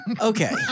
Okay